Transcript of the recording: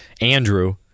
Andrew